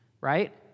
right